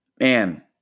Man